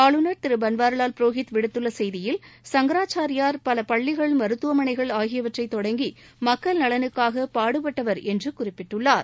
ஆளுநர் திரு பன்வாரிலால் புரோஹித் விடுத்துள்ள செய்தியில் சுங்கரச்சாரியார் பல பள்ளிகள் மருத்துவமனைகள் ஆகியவற்றை தொடங்கி மக்கள் நலனுக்காக பாடுபட்டவர் என்று குறிப்பிட்டுள்ளார்